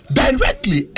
directly